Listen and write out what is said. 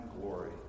glory